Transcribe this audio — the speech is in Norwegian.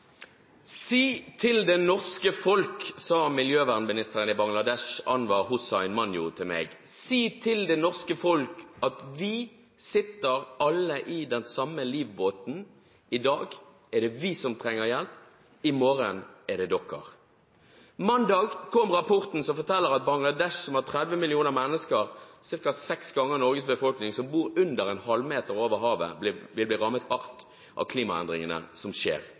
Si til det norske folk, sa miljøvernministeren i Bangladesh, Anwar Hossain Manju, til meg at vi sitter alle i den samme livbåten – i dag er det vi som trenger hjelp, i morgen er det dere. Mandag kom rapporten som forteller at Bangladesh, som har 30 millioner mennesker – ca. seks ganger Norges befolkning – som bor under en halvmeter over havet, vil bli rammet hardt av klimaendringene som skjer.